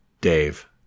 dave